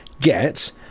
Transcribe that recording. get